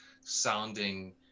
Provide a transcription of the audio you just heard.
sounding